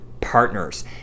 partners